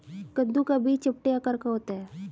कद्दू का बीज चपटे आकार का होता है